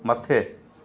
मथे